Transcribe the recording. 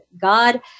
God